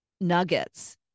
nuggets